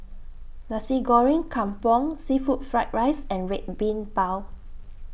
Nasi Goreng Kampung Seafood Fried Rice and Red Bean Bao